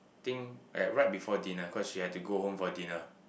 think at right before dinner cause she had to go home for dinner